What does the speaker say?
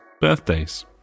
Birthdays